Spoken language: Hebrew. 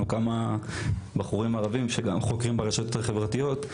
כמה בחורים ערביים שחוקרים ברשתות החברתיות,